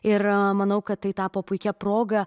ir manau kad tai tapo puikia proga